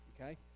Okay